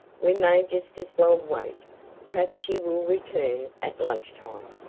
we may just as well wait perhaps she will return at lunch time.